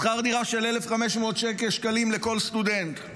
שכר דירה של 1,500 שקלים לכל סטודנט.